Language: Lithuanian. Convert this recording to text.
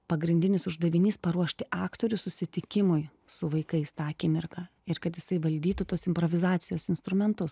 pagrindinis uždavinys paruošti aktorius susitikimui su vaikais tą akimirką ir kad jisai valdytų tuos improvizacijos instrumentus